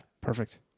Perfect